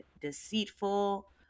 deceitful